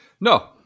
No